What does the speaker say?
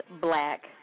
black